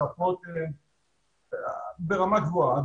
ספות, ברמה גבוהה.